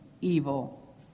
evil